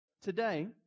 Today